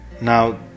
Now